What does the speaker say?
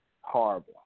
horrible